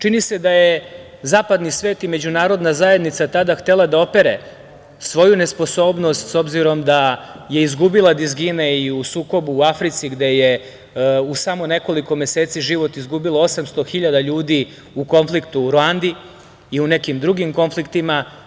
Čini se da je zapadni svet i međunarodna zajednica tada htela da opere svoju nesposobnost, s obzirom da je izgubila dizgine i u sukobu u Africi, gde je u samo nekoliko meseci život izgubilo 800 hiljada ljudi u konfliktu Ruandi i u nekim drugim konfliktima.